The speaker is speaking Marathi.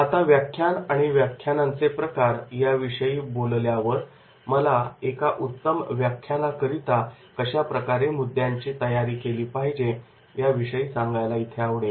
आता व्याख्यान आणि व्याख्यानांचे प्रकार याविषयी बोलल्यानंतर मला एका उत्तम व्याख्यानाकरीता कशा प्रकारे मुद्द्यांची तयारी केली पाहिजे याविषयी सांगायला इथे आवडेल